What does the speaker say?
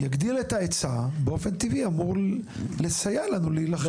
יגדיל את ההיצע באופן טבעי אמור לסייע לנו להילחם.